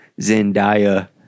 Zendaya